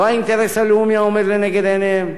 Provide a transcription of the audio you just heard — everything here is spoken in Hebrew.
לא האינטרס הלאומי העומד לנגד עיניהם,